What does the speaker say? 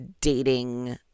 dating